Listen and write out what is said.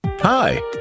Hi